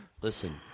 Listen